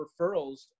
referrals